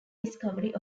discovery